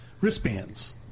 wristbands